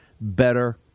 better